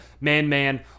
man-man